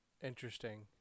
interesting